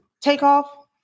takeoff